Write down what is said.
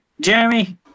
Jeremy